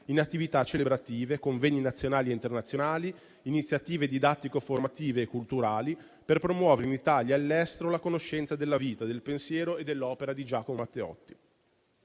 in attività celebrative, convegni nazionali e internazionali, iniziative didattico-formative e culturali per promuovere in Italia e all'estero la conoscenza della vita, del pensiero e dell'opera di Giacomo Matteotti.